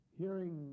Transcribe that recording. hearing